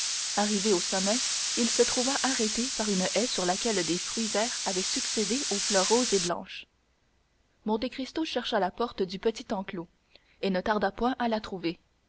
arrivé au sommet il se trouva arrêté par une haie sur laquelle des fruits verts avaient succédé aux fleurs roses et blanches monte cristo chercha la porte du petit enclos et ne tarda point à la trouver